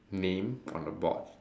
name on the board